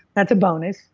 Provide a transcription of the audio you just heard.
that's a bonus,